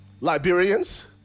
Liberians